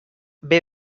bbva